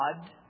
God